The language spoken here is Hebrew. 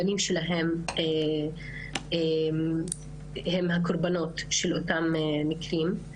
הבנים שלהן הם הקורבנות של אותם מקרים.